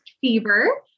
fever